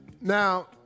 Now